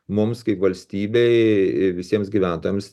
mums kaip valstybei e visiems gyventojams